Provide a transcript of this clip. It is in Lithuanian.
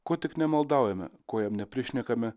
ko tik nemaldaujame ko jam neprišnekame